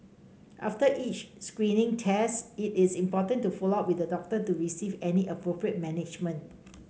after each screening test it is important to follow up with the doctor to receive any appropriate management